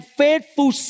faithful